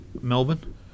Melbourne